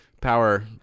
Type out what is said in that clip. power